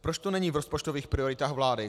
Proč to není v rozpočtových prioritách vlády?